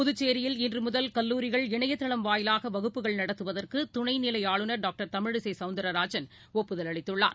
புதுச்சேரியில் இன்றுமுதல் கல்லூரிகள் இணைதளம் வாயிலாகவகுப்புகள் நடத்துவதற்குதுணைநிலைஆளுநர் டாக்டர் தமிழிசைசௌந்தரராஜன் ஒப்புதல் அளித்துள்ளார்